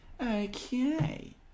Okay